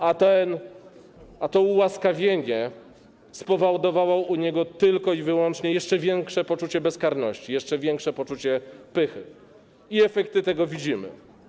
A to ułaskawienie spowodowało u niego tylko i wyłącznie jeszcze większe poczucie bezkarności, jeszcze większe poczucie pychy i efekty tego widzimy.